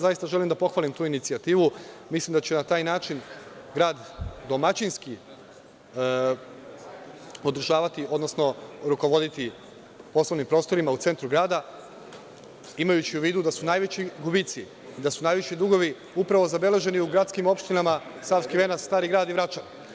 Zaista želim da pohvalim tu inicijativu, mislim da će na taj način grad domaćinski održavati, odnosno rukovoditi poslovnim prostorima u centru grada, imajući u vidu da su najveći gubici, da su najveći dugovi upravo zabeleženi u gradskim opštinama Savski Venac, Stari Grad i Vračar.